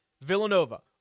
Villanova